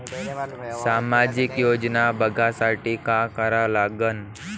सामाजिक योजना बघासाठी का करा लागन?